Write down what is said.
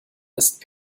ist